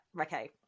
Okay